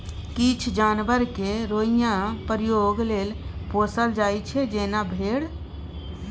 किछ जानबर केँ रोइयाँ प्रयोग लेल पोसल जाइ छै जेना भेड़